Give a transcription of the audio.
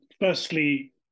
Firstly